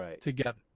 together